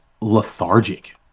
lethargic